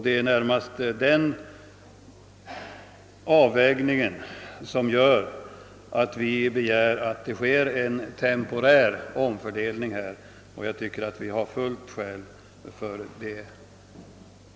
Det är närmast denna avvägning som gör att vi begär en temporär omfördelning. Jag anser att vi har fullt fog för det förslaget.